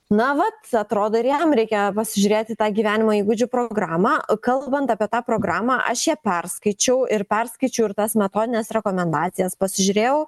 na vat atrodo ir jam reikia pasižiūrėt į tą gyvenimo įgūdžių programą kalbant apie tą programą aš ją perskaičiau ir perskaičiau ir tas metodines rekomendacijas pasižiūrėjau